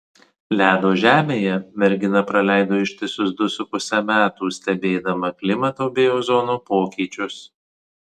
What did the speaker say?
ledo žemėje mergina praleido ištisus du su puse metų stebėdama klimato bei ozono pokyčius